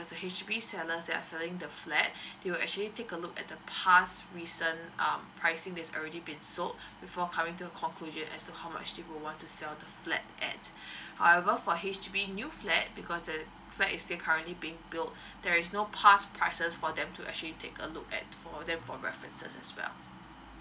there's H_D_B sellers that are selling the flat they will actually take a look at the past recent um pricing that's already been sold before coming to a conclusion as to how much they would want to sell the flat at however for H_D_B new flat because the flat is there currently being built there is no past prices for them to actually take a look at for them for references as well